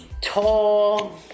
tall